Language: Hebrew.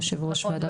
יושב ראש וועדת חוקה.